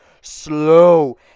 slow